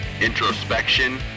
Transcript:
introspection